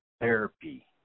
therapy